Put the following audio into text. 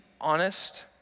honest